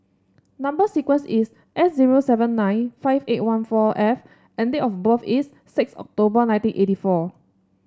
number sequence is S zero seven nine five eight one four F and date of birth is six October nineteen eighty four